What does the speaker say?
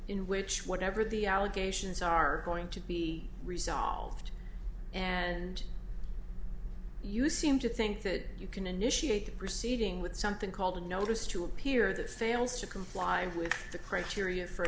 in which whatever the allegations are going to be resolved and you seem to think that you can initiate the proceeding with something called a notice to here that fails to comply with the criteria for a